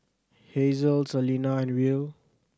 Hazle Selina and Will